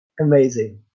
amazing